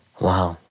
Wow